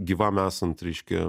gyvam esant reiškia